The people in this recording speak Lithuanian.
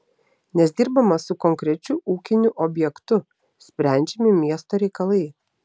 nes dirbama su konkrečiu ūkiniu objektu sprendžiami miesto reikalai